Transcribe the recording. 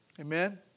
Amen